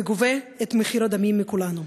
וגובה מחיר דמים מכולנו.